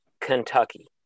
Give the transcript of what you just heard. Kentucky